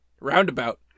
roundabout